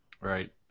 Right